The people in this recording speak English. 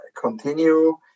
continue